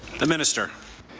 the minister.